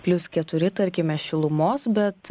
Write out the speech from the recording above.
plius keturi tarkime šilumos bet